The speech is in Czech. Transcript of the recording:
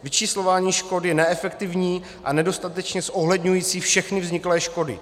Vyčíslování škod je neefektivní a nedostatečně zohledňující všechny vzniklé škody.